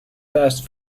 fast